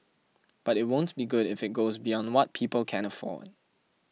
but it won't be good if it goes beyond what people can afford